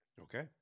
Okay